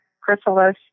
chrysalis